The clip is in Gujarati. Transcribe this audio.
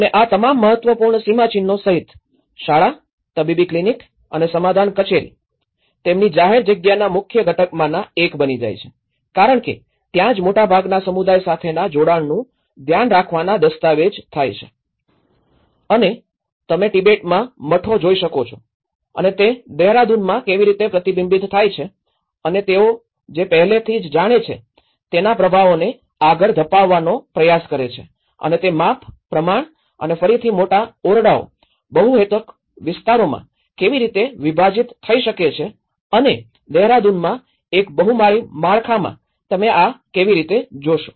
અને આ તમામ મહત્વપૂર્ણ સીમાચિહ્નો સહિત શાળાતબીબી ક્લિનિક અને સમાધાન કચેરી તેમની જાહેર જગ્યાના મુખ્ય ઘટકમાંના એક બની જાય છે કારણ કે ત્યાંજ મોટાભાગના સમુદાય સાથેના જોડાણનું ધ્યાન રાખવાના દતાવેજ થાય છે અને તમે તિબેટમાં મઠો જોઈ શકો છો અને તે દહેરાદૂનમાં કેવી રીતે પ્રતિબિંબિત થાય છે અને તેઓ જે પહેલેથી જ જાણે છે તેના પ્રભાવોને આગળ ધપાવવાનો પ્રયાસ કરે છે અને તે માપ પ્રમાણ અને ફરીથી મોટા ઓરડાઓ બહુહેતુક વિસ્તારોમાં કેવી રીતે વિભાજિત થઈ શકે છે છે અને દેહરાદૂનમાં એક બહુમાળી માળખાંમાં તમે આ કેવી રીતે જોશો